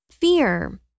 Fear